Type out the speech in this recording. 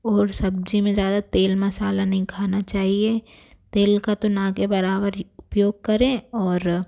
और सब्ज़ी में ज़्यादा तेल मसाला नहीं खाना चाहिए तेल का तो न के बराबर ही उपयोग करें और